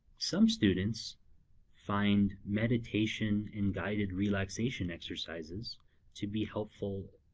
some students find meditation and guided relaxation exercises to be helpful.